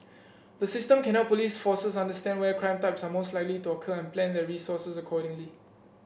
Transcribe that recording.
the system can help police forces understand where crime types are most likely to occur and plan their resources accordingly